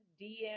DM